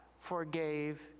forgave